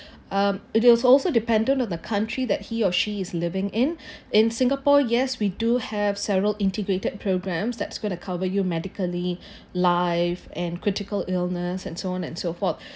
um it is also dependent of the country that he or she is living in in singapore yes we do have several integrated programs that's gonna cover you medically live and critical illness and so on and so forth